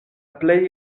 plej